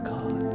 God